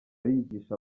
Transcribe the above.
arigisha